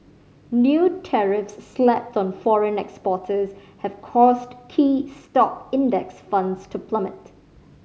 new tariffs slapped on foreign exporters have caused key stock Index Funds to plummet